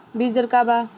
बीज दर का वा?